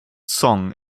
song